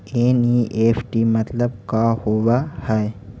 NEFT मतलब का होब हई?